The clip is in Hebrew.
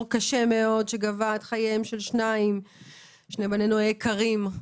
קשה מאוד שגבה את חייהם של שני בנינו היקרים.